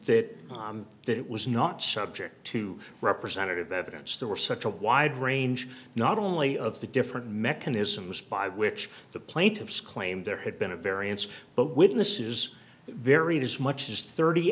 that that it was not subject to representative evidence there were such a wide range not only of the different mechanisms by which the plaintiffs claimed there had been a variance but witnesses very does much as thirty